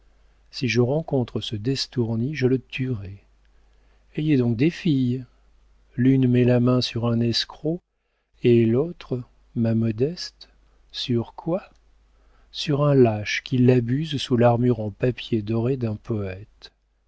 si je rencontre ce d'estourny je le tuerai ayez donc des filles l'une met la main sur un escroc et l'autre ma modeste sur quoi sur un lâche qui l'abuse sous l'armure de papier doré d'un poëte